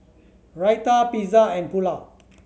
Raita Pizza and Pulao